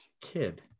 kid